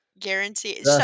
guarantee